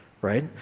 right